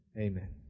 amen